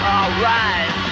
Alright